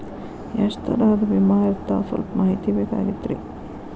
ಎಷ್ಟ ತರಹದ ವಿಮಾ ಇರ್ತಾವ ಸಲ್ಪ ಮಾಹಿತಿ ಬೇಕಾಗಿತ್ರಿ